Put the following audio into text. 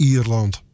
Ierland